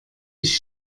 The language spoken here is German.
ich